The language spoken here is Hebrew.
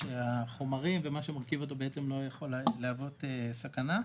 ושהחומרים ומה שמרכיב אותו לא יכול להוות סכנה.